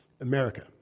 America